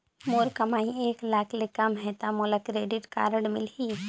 मोर कमाई एक लाख ले कम है ता मोला क्रेडिट कारड मिल ही?